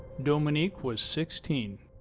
dominique was sixteen.